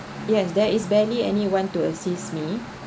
yes there is barely any one to assist me